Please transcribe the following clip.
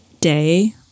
day